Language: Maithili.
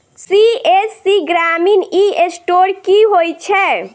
सी.एस.सी ग्रामीण ई स्टोर की होइ छै?